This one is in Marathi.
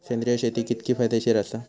सेंद्रिय शेती कितकी फायदेशीर आसा?